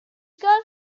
gyfnod